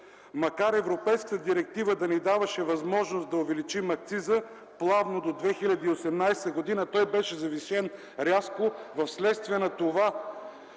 Макар Европейската директива да ни даваше възможност да увеличим акциза плавно до 2018 г., той беше завишен рязко. Вследствие на това